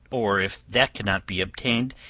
or if that cannot be obtained,